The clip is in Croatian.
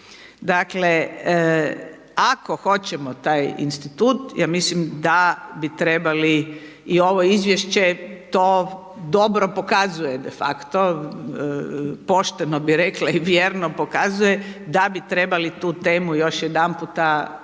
Dakle ako hoćemo taj institut ja mislim da bi trebali i ovo izvješće to dobro pokazuje de facto, pošteno bih rekla i vjerno pokazuje da bi trebali tu temu još jedanputa otvoriti